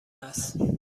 هست